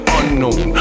unknown